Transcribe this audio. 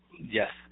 Yes